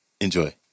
Enjoy